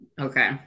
okay